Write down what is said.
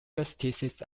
justices